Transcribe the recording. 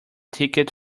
ticket